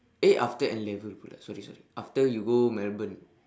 eh after N-level pula sorry sorry after you go melbourne